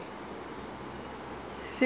the the place ah same hotel